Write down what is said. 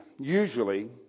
usually